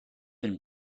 have